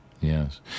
yes